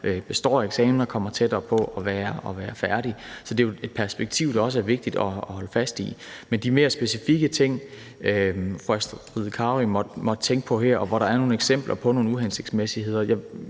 består eksamener og kommer tættere på at være færdig. Så det er jo et perspektiv, der også er vigtigt at holde fast i. Men de mere specifikke ting, fru Astrid Carøe måtte tænke på her, og hvor der er nogle eksempler på nogle uhensigtsmæssigheder,